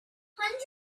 hundreds